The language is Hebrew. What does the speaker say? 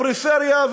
הפריפריה,